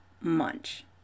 munch